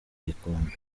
igikombe